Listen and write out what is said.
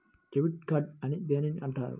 Debit card అని దేనిని అంటారు?